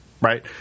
right